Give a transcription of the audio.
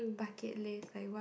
bucket list like what